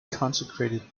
consecrated